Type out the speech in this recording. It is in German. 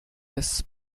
des